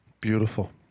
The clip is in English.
Beautiful